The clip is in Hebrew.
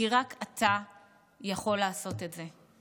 כי רק אתה יכול לעשות את זה.